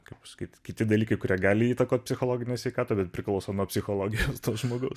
kaip pasakyt kiti dalykai kurie gali įtakot psichologinę sveikatą bet priklauso nuo psichologijos to žmogaus